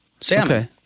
Sam